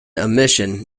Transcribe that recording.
omission